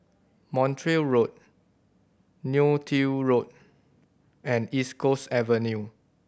Montreal Road Neo Tiew Road and East Coast Avenue